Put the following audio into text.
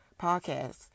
podcasts